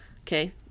okay